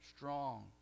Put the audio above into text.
Strong